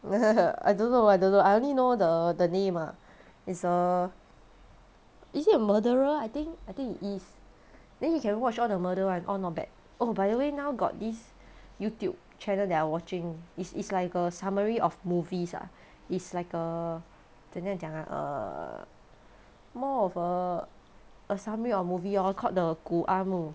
I don't know I don't know I only know the the name ah it's a is it a murderer I think I think he is then you can watch all the murder [one] all not bad oh by the way now got this youtube channel that I watching is is like a summary of movies ah it's like a 怎么样讲啊 err more of a a summary of movie lor called the gu a mo